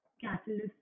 catalyst